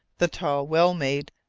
the tall, well-made,